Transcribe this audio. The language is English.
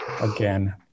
Again